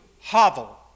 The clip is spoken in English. hovel